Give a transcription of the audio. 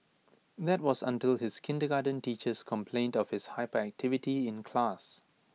that was until his kindergarten teachers complained of his hyperactivity in class